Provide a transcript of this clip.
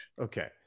Okay